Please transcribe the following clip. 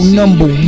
number